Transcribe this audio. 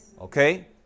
Okay